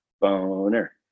boner